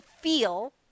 feel